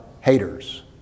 haters